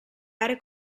aree